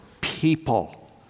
People